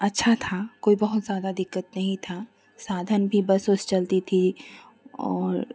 अच्छी थी कोई बहुत ज़्यादा दिक्कत नहीं थी साधन भी बस उस चलती थी और